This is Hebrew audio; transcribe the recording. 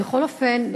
בכל אופן,